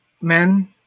men